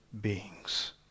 beings